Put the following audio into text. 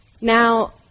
Now